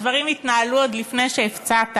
הדברים התנהלו עוד לפני שהפצעת,